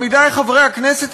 עמיתי חברי הכנסת,